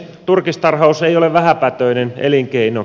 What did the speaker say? turkistarhaus ei ole vähäpätöinen elinkeino